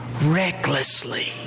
recklessly